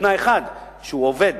בתנאי אחד: שהוא עובד,